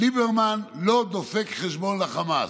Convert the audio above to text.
"ליברמן לא דופק חשבון לחמאס"